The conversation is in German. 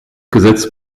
gesetz